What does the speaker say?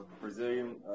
Brazilian